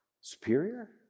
superior